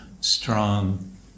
strong